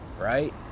right